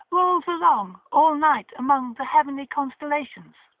rolls along all night among the heavenly constellations.